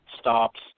stops